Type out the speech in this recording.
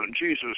Jesus